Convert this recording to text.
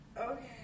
Okay